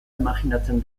imajinatzen